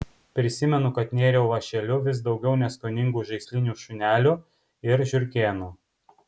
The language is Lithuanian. prisimenu kad nėriau vąšeliu vis daugiau neskoningų žaislinių šunelių ir žiurkėnų